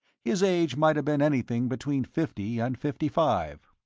his age might have been anything between fifty and fifty-five.